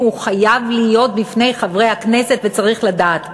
כי הוא חייב להיות בפני חברי הכנסת וצריך לדעת: